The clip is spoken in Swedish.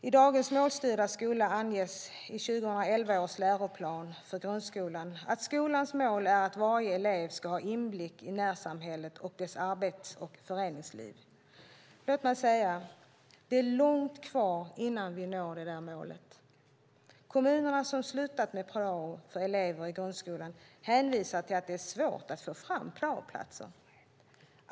I dagens målstyrda skola anges i 2011 års läroplan för grundskolan att skolans mål är att varje elev ska ha inblick i närsamhället och dess arbets och föreningsliv. Låg mig säga att det är långt kvar innan vi når det målet. Kommuner som slutat med prao för elever i grundskolan hänvisar till att det är svårt att få fram praoplatser.